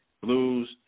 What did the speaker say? blues